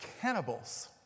cannibals